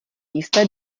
jisté